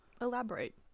elaborate